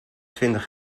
twintig